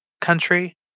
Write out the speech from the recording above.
country